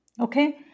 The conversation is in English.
okay